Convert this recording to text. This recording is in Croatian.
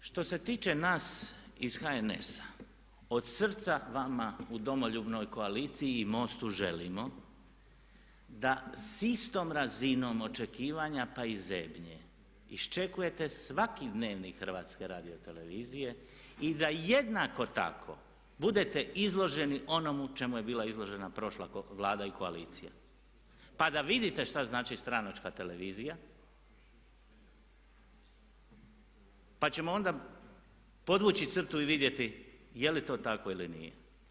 Što se tiče nas iz HNS-a od srca vama u Domoljubnoj koaliciji i MOST-u želimo da s istom razinom očekivanja pa i zebnje iščekujete svaki Dnevnik HRT-a i da jednako tako budete izloženi onomu čemu je bila izložena prošla Vlada i koalicija pa da vidite šta znači stranačka televizija pa ćemo onda podvući crtu i vidjeti je li to tako ili nije.